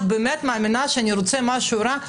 את באמת מאמינה שאני רוצה משהו רע?